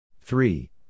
Three